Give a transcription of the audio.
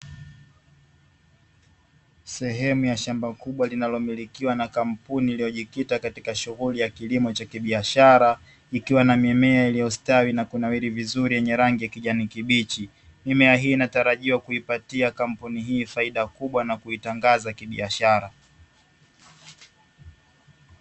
Sehemu ya shamba kubwa linalomilikuwa na kampuni iliyojikita katika shughuli ya kilimo cha kibiashara, ikiwa na mimea iliyostawi na kunawiri vizuri yenye rangi ya kijani kibichi. Mimea hii inatarajiwa kuipatia kampuni hii faida kubwa na kuitangaza kibiashara.